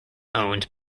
owned